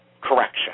correction